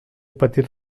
petits